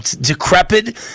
decrepit